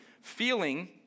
Feeling